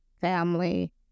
family